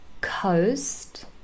coast